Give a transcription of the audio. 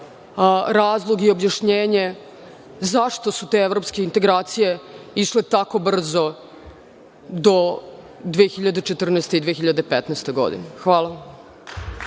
razlog i objašnjenje zašto su te evropske integracije išle tako brzo do 2014. i 2015. godine. Hvala.